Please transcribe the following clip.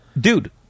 dude